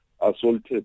assaulted